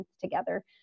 together